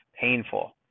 Painful